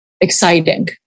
exciting